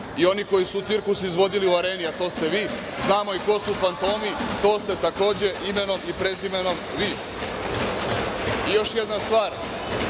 i oni koji su cirkus izvodili u Areni, a to ste vi, znamo i ko su fantomi. To ste, takođe, imenom i prezimenom vi.I, još jedna stvar,